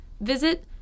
visit